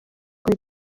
coi